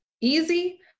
easy